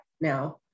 now